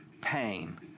pain